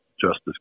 Justice